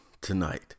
tonight